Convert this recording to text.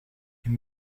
این